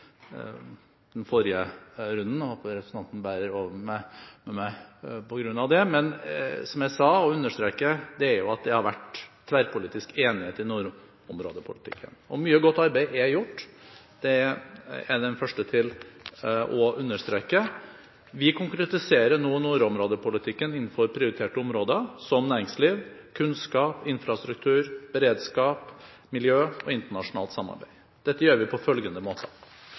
den forrige runden, og håper representanten bærer over med meg på grunn av det. Men som jeg sa – og understreker – har det vært tverrpolitisk enighet i nordområdepolitikken. Mye godt arbeid er gjort, det er jeg den første til å understreke. Vi konkretiserer nå nordområdepolitikken innenfor prioriterte områder som næringsliv, kunnskap, infrastruktur, beredskap, miljø og internasjonalt samarbeid. Dette gjør vi på følgende